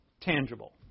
tangible